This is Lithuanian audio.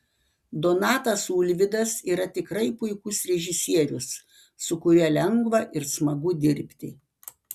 donatas ulvydas yra tikrai puikus režisierius su kuriuo lengva ir smagu dirbti